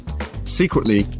Secretly